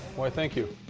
why, thank you.